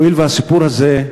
הואיל והסיפור הזה,